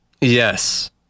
yes